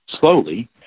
slowly